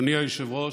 אדוני היושב-ראש,